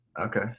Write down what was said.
Okay